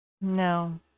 No